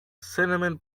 cinnamon